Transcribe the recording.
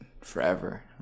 forever